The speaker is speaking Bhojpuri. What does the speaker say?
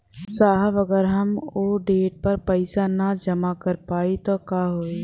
साहब अगर हम ओ देट पर पैसाना जमा कर पाइब त का होइ?